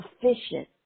efficient